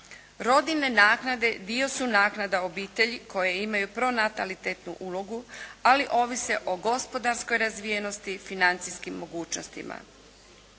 Rodiljne naknade dio su naknada obitelji koje imaju pronatalitetnu ulogu, ali ovise o gospodarskoj razvijenosti i financijskim mogućnostima.